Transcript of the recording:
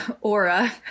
aura